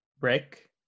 Rick